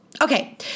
Okay